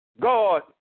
God